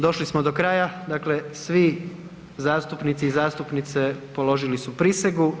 Došli smo do kraja, dakle svi zastupnici i zastupnice položili su prisegu.